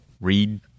read